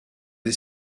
des